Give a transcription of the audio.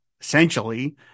essentially